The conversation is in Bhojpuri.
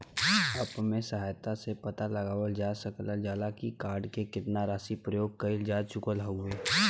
अप्प के सहायता से पता लगावल जा सकल जाला की कार्ड से केतना राशि प्रयोग कइल जा चुकल हउवे